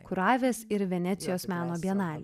kuravęs ir venecijos meno bienalę